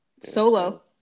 solo